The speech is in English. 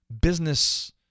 business